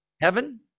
Heaven